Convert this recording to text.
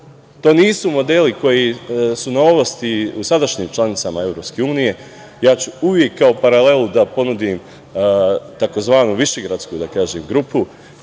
nisu modeli koji su novost u sadašnjim članicama EU. Ja ću uvek kao paralelu da ponudim tzv. višegradsku grupu